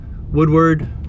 Woodward